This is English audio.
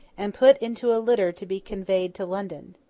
and put into a litter to be conveyed to london.